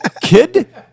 Kid